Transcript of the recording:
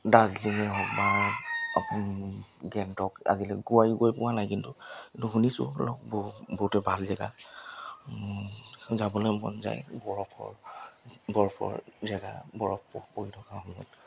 দাৰ্জিলিঙেই হওক বা গেংটক আজিলৈ গুৱাই গৈ পোৱা নাই কিন্তু কিন্তু শুনিছোঁ ধৰি লওক বহু বহুতেই ভাল জেগা যাবলৈ মন যায় বৰফৰ বৰফৰ জেগা বৰফ পৰি থকা শুনোঁ